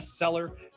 bestseller